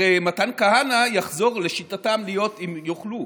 הרי מתן כהנא יחזור, לשיטתם, להיות, אם הם יוכלו,